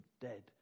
dead